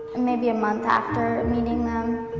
maybe a month after meeting them,